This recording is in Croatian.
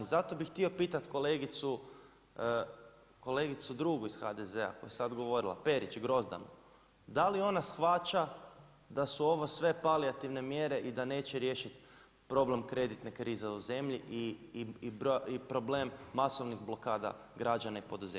I zato bi htio pitati kolegicu drugu iz HDZ-a koja je sada govorila Perić Grozdanu, da li ona shvaća da su ovo sve palijativne mjere i da neće riješiti problem kreditne krize u zemlji i problem masovnih blokada građana i poduzeća?